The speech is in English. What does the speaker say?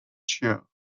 show